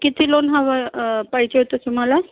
किती लोन हवं पाहिजे होतं तुम्हाला